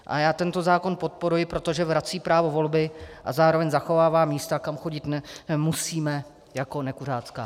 A já tento zákon podporuji, protože vrací právo volby a zároveň zachovává místa, kam chodit nemusíme, jako nekuřácká.